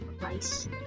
rice